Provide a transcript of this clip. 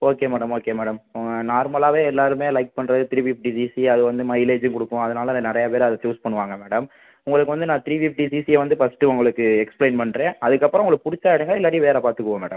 okay madam okay madam நார்மலாகவே எல்லாருமே like பண்ணுறது த்ரீ ஃபிஃப்டி சிசி அதுவந்து மைலேஜும் கொடுக்கும் அதனால அதை நிறையா பேர் அதை சூஸ் பண்ணுவாங்கள் மேடம் உங்களுக்கு வந்து நான் த்ரீ ஃபிஃப்டி சிசியை வந்து ஃபஸ்ட்டு உங்களுக்கு எக்ஸ்ப்ளைன் பண்ணுறேன் அதுக்கப்புறம் உங்களுக்கு பிடிச்சா எடுங்கள் இல்லாட்டி வேற பார்த்துக்குவோம் மேடம்